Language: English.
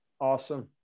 Awesome